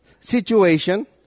situation